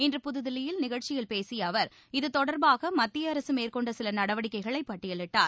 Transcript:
இன்று புதுதில்லியில் நிகழச்சிபேசியஅவர் இது தொடர்பாகமத்திய அரசுமேற்கொண்டசிலநடவடிக்கைகளைபட்டியலிட்டார்